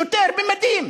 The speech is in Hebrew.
שוטר במדים,